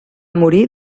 morir